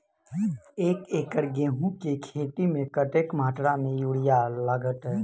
एक एकड़ गेंहूँ केँ खेती मे कतेक मात्रा मे यूरिया लागतै?